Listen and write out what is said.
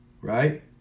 right